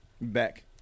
Back